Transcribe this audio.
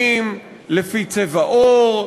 כמובן לכל החקלאים שעזרו,